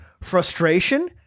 frustration